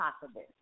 possible